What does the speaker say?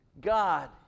God